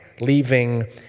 leaving